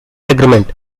agreement